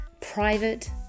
private